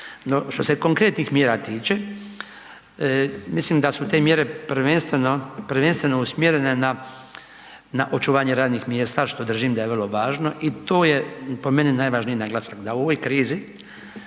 što se konkretnih mjera tiče, mislim da su te mjere prvenstveno usmjerene na očuvanje radnih mjesta, što držim da je vrlo važno i to je po meni najvažniji naglasak, da u ovoj krizi